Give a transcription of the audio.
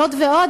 זאת ועוד,